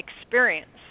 experience